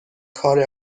کار